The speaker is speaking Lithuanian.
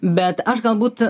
bet aš galbūt